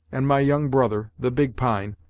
and my young brother, the big pine,